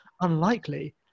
unlikely